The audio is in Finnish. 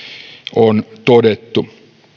on todettu